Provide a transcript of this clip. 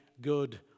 good